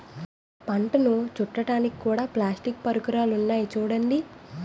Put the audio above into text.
పంటను చుట్టడానికి కూడా ప్లాస్టిక్ పరికరాలున్నాయి చూడండి